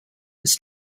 his